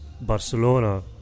Barcelona